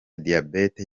diabete